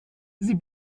sie